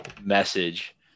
message